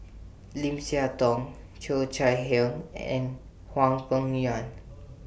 Lim Siah Tong Cheo Chai Hiang and Hwang Peng Yuan